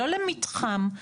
לא למתחם,